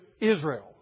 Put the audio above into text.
Israel